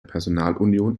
personalunion